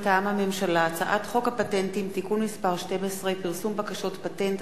מטעם הממשלה: הצעת חוק הפטנטים (תיקון מס' 12) (פרסום בקשות פטנט),